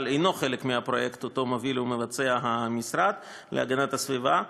אינו חלק מהפרויקט שמוביל ומבצע המשרד להגנת הסביבה.